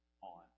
on